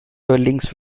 dwellings